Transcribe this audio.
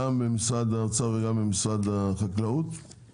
גם ממשרד האוצר וגם ממשרד החקלאות,